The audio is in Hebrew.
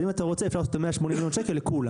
אם אתה רוצה אפשר לעשות 180 מיליון ₪ לכולם.